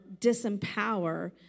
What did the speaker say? disempower